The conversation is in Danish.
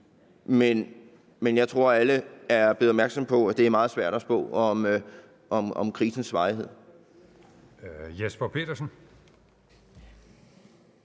Men jeg tror, alle er blevet opmærksomme på, at det er meget svært at spå om krisens varighed. Kl.